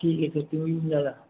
ठीक आहे सर झाला